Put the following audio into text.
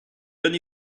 only